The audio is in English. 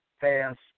fast